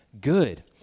good